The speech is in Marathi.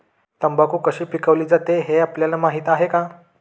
तंबाखू कशी पिकवली जाते हे आपल्याला माहीत आहे का?